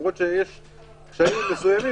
מדובר בהוראות שקובעות פרטים,